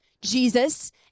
Jesus